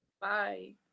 Bye